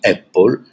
Apple